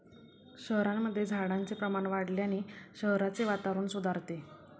शहरांमध्ये झाडांचे प्रमाण वाढवल्याने शहराचे वातावरण सुधारते